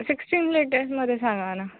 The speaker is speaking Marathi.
सिक्सटीन लीटर्समध्ये सांगा ना